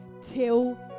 till